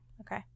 Okay